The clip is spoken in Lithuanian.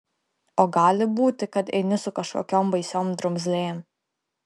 o gali būti kad eini su kažkokiom baisiom drumzlėm